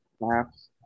maps